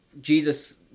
Jesus